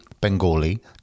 Bengali